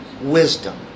Wisdom